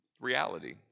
reality